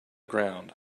ground